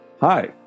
Hi